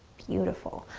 beautiful,